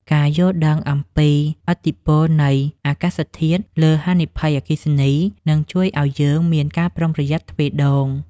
ការយល់ដឹងអំពីឥទ្ធិពលនៃអាកាសធាតុលើហានិភ័យអគ្គិភ័យនឹងជួយឱ្យយើងមានការប្រុងប្រយ័ត្នទ្វេដង។